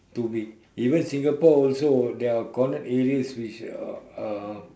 too big even Singapore also their cornered areas which are uh